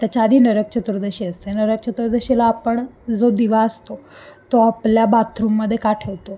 त्याच्याआधी नरक चतुर्दशी असते नरक चतुर्दशीला आपण जो दिवा असतो तो आपल्या बाथरूममध्ये का ठेवतो